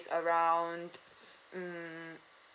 around hmm